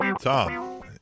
Tom